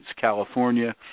California